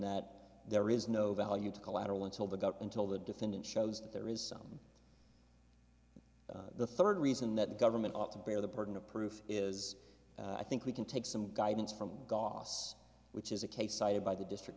that there is no value to collateral until the got until the defendant shows that there is some the third reason that the government ought to bear the burden of proof is i think we can take some guidance from goss which is a case cited by the district